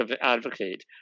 advocate